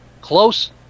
Close